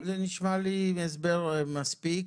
לא, זה נשמע לי הסבר מספיק.